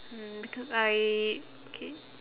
mm because I okay